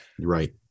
Right